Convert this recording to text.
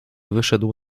wyszedł